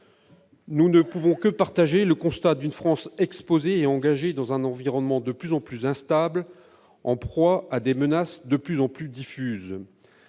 Nous ne pouvons que partager le constat d'une France exposée et engagée dans un environnement de plus en plus instable et en proie à des menaces de plus en plus diffuses.